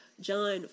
John